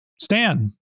Stan